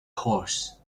horse